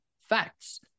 facts